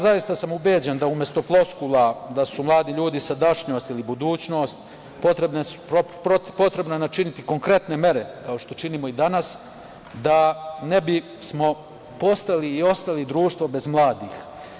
Zaista sam ubeđen da umesto floskula da su mladi ljudi sadašnjost ili budućnost potrebno je načiniti konkretne mere, kao što činimo i danas, da ne bismo postali i ostali društvo bez mladih.